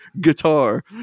Guitar